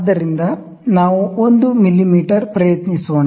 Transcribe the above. ಆದ್ದರಿಂದ ನಾವು 1 ಮಿಮೀ ಪ್ರಯತ್ನಿಸೋಣ